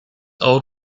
old